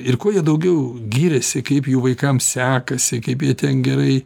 ir kuo daugiau giriasi kaip jų vaikam sekasi kaip jie ten gerai